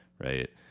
right